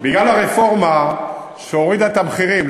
כי הרפורמה הורידה את המחירים.